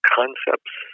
concepts